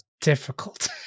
difficult